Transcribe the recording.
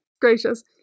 Gracious